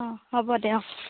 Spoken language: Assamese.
অঁ হ'ব দে অঁ